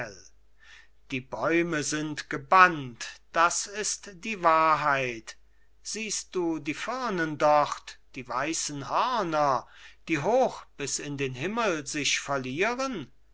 die bäume sind gebannt das ist die wahrheit siehst du die firnen dort die weissen hörner die hoch bis in den himmel sich verlieren